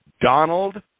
Donald